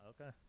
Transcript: Okay